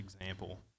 example